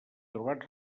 trobat